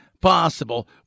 possible